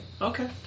Okay